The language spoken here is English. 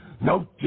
no